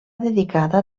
dedicada